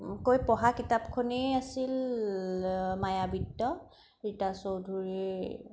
কৈ পঢ়া কিতাপখনেই আছিল মায়াবৃত্ত ৰীতা চৌধুৰী